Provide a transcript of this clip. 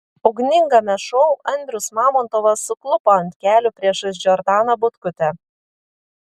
ugningame šou andrius mamontovas suklupo ant kelių priešais džordaną butkutę